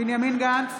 בנימין גנץ,